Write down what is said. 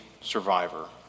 survivor